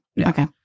Okay